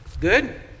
Good